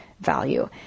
value